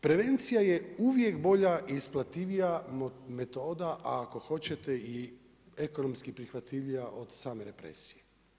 Prevencija je uvijek bolja i isplativija metoda a ako hoćete i ekonomski prihvatljivija od same represije.